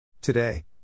Today